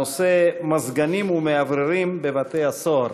בנושא: מזגנים ומאווררים בבתי-הסוהר.